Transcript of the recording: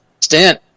stint